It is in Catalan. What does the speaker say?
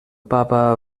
papa